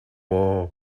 maw